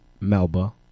Melba